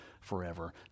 forever